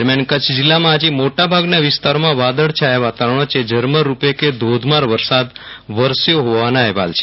દરમિયાન કચ્છ જીલ્લામાં આજે મોટા ભાગના વિસ્તારોમાં વાદળછાયા વાતાવરણ વચ્ચે ઝરમર રૂપે ધોધમાર વરસાદ વરસ્યો હોવાના અહેવાલ છે